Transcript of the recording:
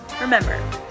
remember